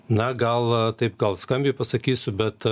na gal taip gal skambiai pasakysiu bet